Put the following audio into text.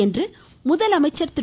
என்று முதலமைச்சர் திரு